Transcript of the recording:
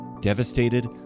devastated